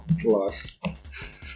plus